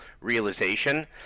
realization